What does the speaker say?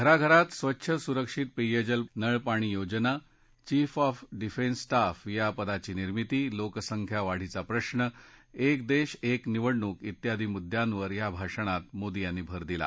घराघरात स्वच्छ सुरक्षित पेयजल पुरवण्यासाठी नळपाणी योजना चीफ ऑफ डिफेन्स स्टाफ या पदाची निर्मिती लोकसंख्या वाढीचा प्रश्र एक देश एक निवडणूक िव्यादी मुद्यांवर या भाषणात मोदी यांनी भर दिला